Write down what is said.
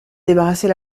débarrasser